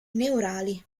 neurali